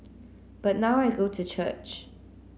but now I go to church